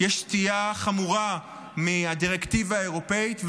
יש סטייה חמורה מהדירקטיבה האירופית,